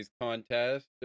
contest